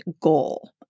goal